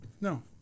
No